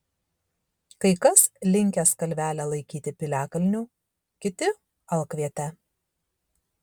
kai kas linkęs kalvelę laikyti piliakalniu kiti alkviete